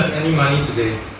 any money today